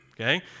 Okay